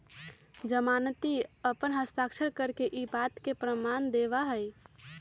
जमानती अपन हस्ताक्षर करके ई बात के प्रमाण देवा हई